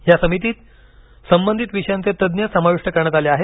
या समितीत संबंधित विषयांचे तज्ञ समाविष्ट करण्यात आले आहेत